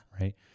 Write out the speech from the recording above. Right